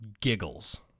giggles